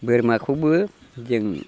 बोरमाखौबो जों